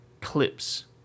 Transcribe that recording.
clips